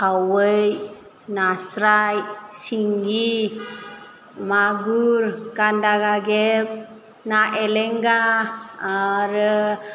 खावै नास्राय सिंगि मागुर गान्दा गागेब ना एलेंगा आरो